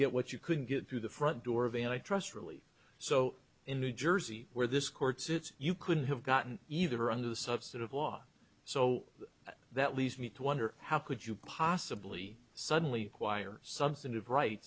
get what you couldn't get through the front door of an i trust really so in new jersey where this court sits you couldn't have gotten either under the subset of law so that leads me to wonder how could you possibly suddenly choir substantive right